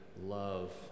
love